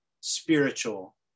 spiritual